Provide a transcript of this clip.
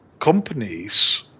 companies